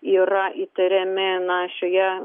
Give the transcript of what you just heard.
yra įtariami na šioje